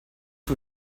for